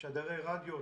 שדרי רדיו,